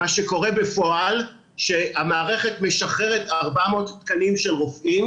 מה שקורה בפועל שהמערכת משחררת 400 תקנים של רופאים